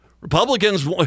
Republicans